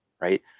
right